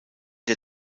der